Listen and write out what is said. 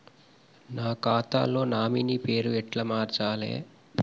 నా ఖాతా లో నామినీ పేరు ఎట్ల మార్చాలే?